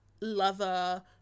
lover